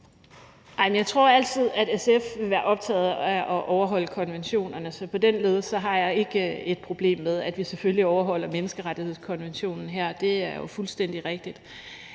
Jeg tror, at SF altid vil være optaget af at overholde konventionerne, så på den led har jeg ikke et problem med, at vi selvfølgelig overholder menneskerettighedskonventionen her; det er jo fuldstændig rigtigt.